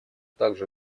также